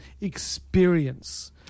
experience